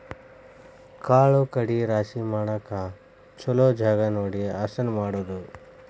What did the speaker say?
ಕಾಳು ಕಡಿ ರಾಶಿ ಮಾಡಾಕ ಚುಲೊ ಜಗಾ ನೋಡಿ ಹಸನ ಮಾಡುದು